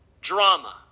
drama